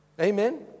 Amen